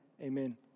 amen